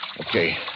Okay